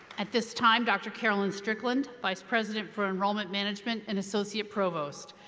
at this time, dr. caroline strickland, vice president for enrollment management and associate provost,